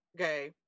Okay